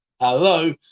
Hello